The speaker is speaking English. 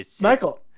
Michael